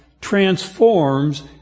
transforms